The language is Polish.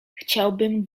chciałbym